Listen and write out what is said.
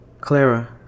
Clara